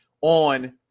on